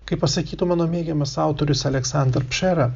kaip pasakytų mano mėgiamas autorius aleksand pšera